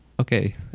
Okay